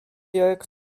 york